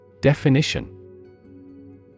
Definition